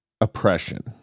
oppression